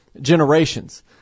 generations